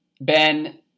Ben